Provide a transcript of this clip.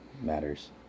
matters